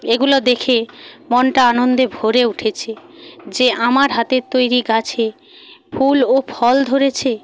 এগুলো দেখে মনটা আনন্দে ভরে উঠেছে যে আমার হাতের তৈরি গাছে ফুল ও ফল ধরেছে